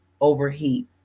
overheat